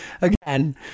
again